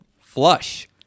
Flush